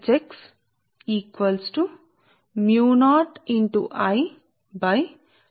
కాబట్టి x దూరం వద్ద ఫ్లక్స్ ఫ్లక్స్ డెన్సిటీ ఉన్న నా B x ఏమిటి